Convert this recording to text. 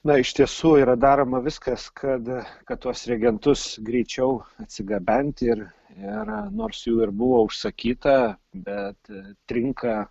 na iš tiesų yra daroma viskas kad kad tuos regentus greičiau atsigabenti ir ir nors jų ir buvo užsakyta bet trinka